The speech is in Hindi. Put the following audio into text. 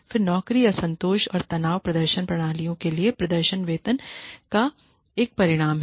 फिर नौकरी असंतोष और तनाव प्रदर्शन प्रणालियों के लिए प्रदर्शन वेतन का एक परिणाम है